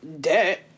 debt